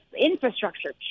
infrastructure